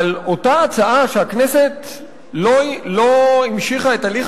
אבל אותה הצעה שהכנסת לא המשיכה את הליך